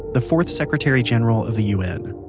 the fourth secretary-general of the un.